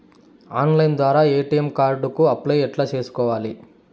Online ద్వారా ATM card కు apply ఎట్లా సేసుకోవాలి?